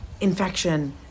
infection